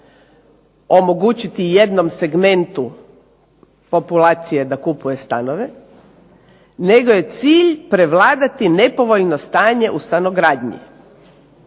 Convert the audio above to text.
omogućiti jednom segmentu populacije da kupuje stanove nego je cilj prevladati nepovoljno stanje u stanogradnji.